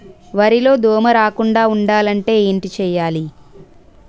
వరిలో దోమ రాకుండ ఉండాలంటే ఏంటి చేయాలి?